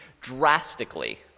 drastically